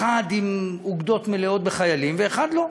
אחד עם אוגדות מלאות בחיילים, ואחד לא,